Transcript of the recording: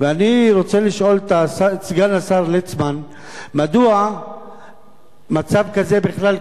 אני רוצה לשאול את סגן השר ליצמן מדוע מצב כזה בכלל קיים.